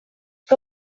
que